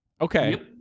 okay